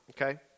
okay